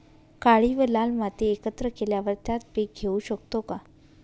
काळी व लाल माती एकत्र केल्यावर त्यात पीक घेऊ शकतो का?